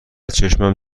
چشمم